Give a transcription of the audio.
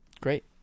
Great